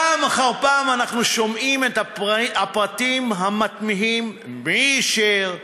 פעם אחר פעם אנחנו שומעים את הפרטים המתמיהים: מי אישר,